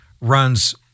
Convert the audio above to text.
runs